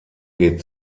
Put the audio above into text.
geht